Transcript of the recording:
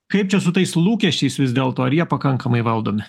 kaip čia su tais lūkesčiais vis dėlto ar jie pakankamai valdomi